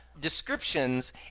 descriptions